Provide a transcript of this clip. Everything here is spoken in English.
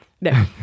no